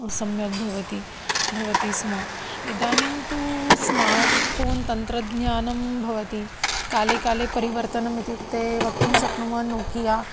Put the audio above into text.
सम्यक् भवति भवति स्म इदानीं तु स्मार्ट् फ़ोन् तन्त्रज्ञानं भवति काले काले परिवर्तनम् इत्युक्ते वक्तुं शक्नुमः नोकिया